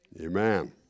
Amen